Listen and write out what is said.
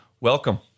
welcome